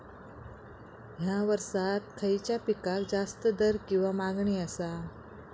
हया वर्सात खइच्या पिकाक जास्त दर किंवा मागणी आसा?